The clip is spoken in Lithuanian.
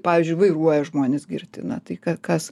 pavyzdžiui vairuoja žmonės girti na tai kas